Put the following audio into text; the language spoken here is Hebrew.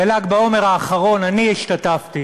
בל"ג בעומר האחרון אני השתתפתי,